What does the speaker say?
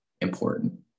important